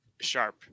sharp